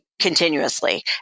continuously